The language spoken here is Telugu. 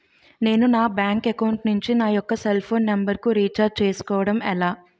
నేను నా బ్యాంక్ అకౌంట్ నుంచి నా యెక్క సెల్ ఫోన్ నంబర్ కు రీఛార్జ్ చేసుకోవడం ఎలా?